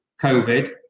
COVID